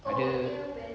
ada